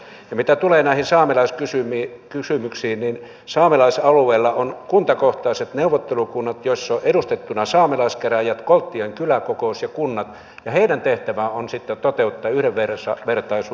ja mitä tulee näihin saamelaiskysymyksiin niin saamelaisalueella on kuntakohtaiset neuvottelukunnat joissa on edustettuina saamelaiskäräjät kolttien kyläkokous ja kunnat ja heidän tehtävänsä on sitten toteuttaa yhdenvertaisuutta ja tasa arvoa